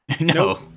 No